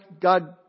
God